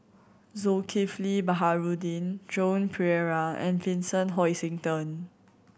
Zulkifli Baharudin Joan Pereira and Vincent Hoisington